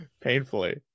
painfully